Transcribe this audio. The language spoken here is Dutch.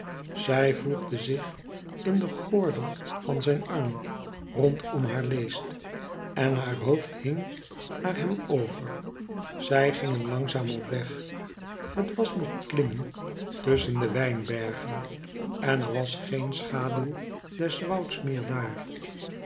zij voegde zich in den gordel van zijn arm rondom haar leest en haar hoofd hing naar hem over zij gingen langzaam op weg het was nog klimmen tusschen de wijnbergen en er was geen schaduw des wouds meer daar